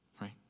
Right